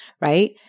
right